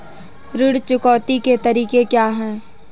ऋण चुकौती के तरीके क्या हैं?